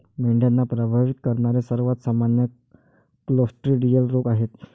मेंढ्यांना प्रभावित करणारे सर्वात सामान्य क्लोस्ट्रिडियल रोग आहेत